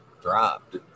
dropped